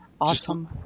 awesome